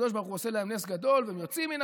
והקדוש ברוך הוא עושה להם נס גדול והם יוצאים מן